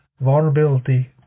vulnerability